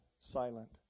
silent